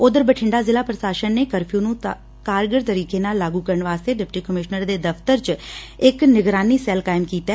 ਉਧਰ ਬਠਿੰਡਾ ਜ਼ਿਲ੍ਹਾ ਪ੍ਸ਼ਾਸਨ ਨੇ ਕਰਫਿਊ ਨੂੰ ਕਾਰਗਰ ਤਰੀਕੇ ਨਾਲ ਲਾਗੂ ਕਰਨ ਵਾਸਤੇ ਡਿਪਟੀ ਕਮਿਸ਼ਨਰ ਦੇ ਦਫ਼ਤਰ ਚ ਇਕ ਨਿਗਰਾਨੀ ਸੈਲ ਕੋਾਇੰਮ ਕੀਤੈ